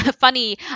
funny